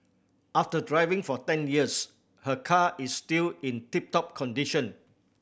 after driving for ten years her car is still in tip top condition